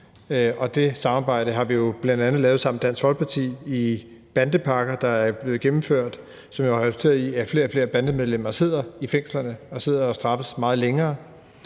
Det samarbejde har vi bl.a. haft med Dansk Folkeparti med de bandepakker, der er blevet gennemført, som jo har resulteret i, at flere og flere bandemedlemmer sidder i fængslerne og bliver straffet i meget længere